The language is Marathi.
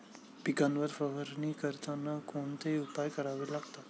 पिकांवर फवारणी करताना कोणते उपाय करावे लागतात?